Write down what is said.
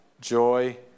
joy